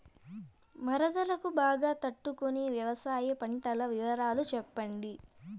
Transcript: వరదలకు బాగా తట్టు కొనే వ్యవసాయ పంటల వివరాలు చెప్పండి?